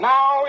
Now